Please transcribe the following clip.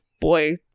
boy